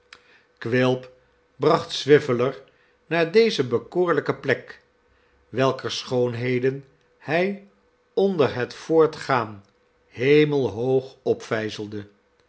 quilp bracht swiveller naar deze bekoorlijkc plek welker schoonheden hij onder het voortgaan hemelhoog opvijzelde